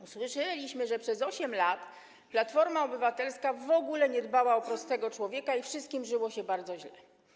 Usłyszeliśmy, że przez 8 lat Platforma Obywatelska w ogóle nie dbała o prostego człowieka i wszystkim żyło się bardzo źle.